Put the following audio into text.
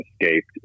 escaped